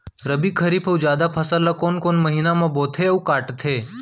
रबि, खरीफ अऊ जादा फसल ल कोन कोन से महीना म बोथे अऊ काटते?